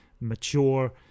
mature